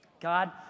God